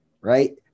right